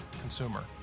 consumer